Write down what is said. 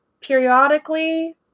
periodically